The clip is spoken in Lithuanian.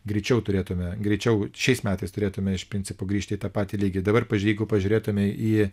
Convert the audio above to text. greičiau turėtume greičiau šiais metais turėtume iš principo grįžti į tą patį lygį dabar pavyzdžiui jeigu pažiūrėtume į